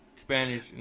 Spanish